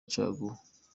caguwa